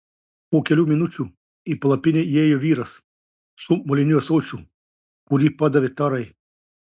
po kelių minučių į palapinę įėjo vyras su moliniu ąsočiu kurį padavė tarai